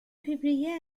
publiés